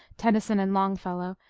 tennyson and longfellow,